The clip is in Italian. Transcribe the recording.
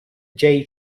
jay